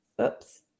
oops